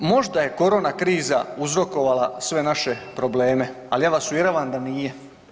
Možda je korona kriza uzrokovala sve naše probleme, ali ja vas uvjeravam da nije.